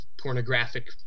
pornographic